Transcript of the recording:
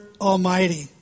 Almighty